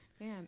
Man